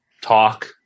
talk